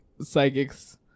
psychics